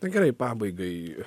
tai gerai pabaigai